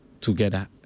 together